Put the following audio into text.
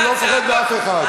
אני לא מפחד מאף אחד.